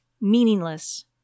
meaningless